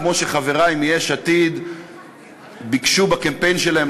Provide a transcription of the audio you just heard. כמו שחברי מיש עתיד ביקשו בקמפיין שלהם,